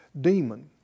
demon